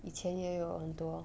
以前也有很多